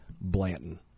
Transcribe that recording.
Blanton